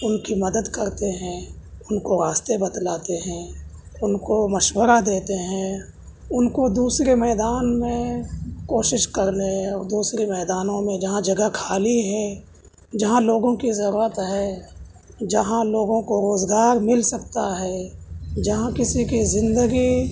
ان کی مدد کرتے ہیں ان کو راستے بتلاتے ہیں ان کو مشورہ دیتے ہیں ان کو دوسرے میدان میں کوشش کرنے یا دوسرے میدانوں میں جہاں جگہ خالی ہے جہاں لوگوں کی ضرورت ہے جہاں لوگوں کو روزگار مل سکتا ہے جہاں کسی کی زندگی